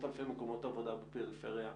בעשרות-אלפי מקומות עבודה בפריפריה,